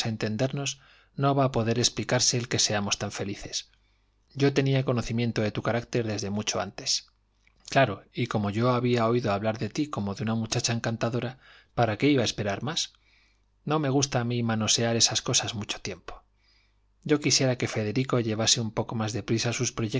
entendernos no va a poder explicarlo el que seamos tan felices yo tenía conocimiento de tu carácter desde mucho antes claro y como yo había oído hablar de ti como de una muchacha encantadora para qué iba a esperar más no me gusta a mí manosear esas cosas mucho tiempo yo quisiera que federico llevase un poco más deprisa